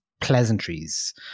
pleasantries